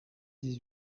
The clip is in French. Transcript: dix